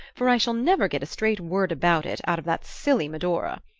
for i shall never get a straight word about it out of that silly medora,